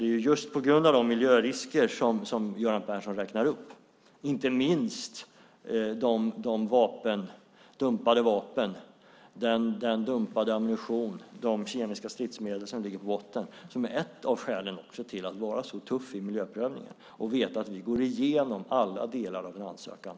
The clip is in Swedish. Det är just på grund av de miljörisker som Göran Persson räknar upp - inte minst de dumpade vapen, den ammunition och de kemiska stridsmedel som ligger på botten - som man ska vara tuff i miljöprövningen. Vi går igenom alla delar av en ansökan.